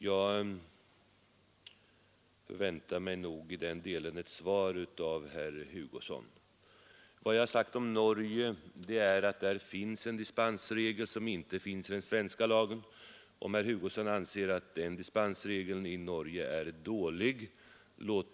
Jag väntar mig ett svar på det av herr Hugosson. Vad jag sagt om Norge är att man där har en dispensregel som inte finns i den svenska lagen.